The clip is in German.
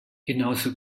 genauso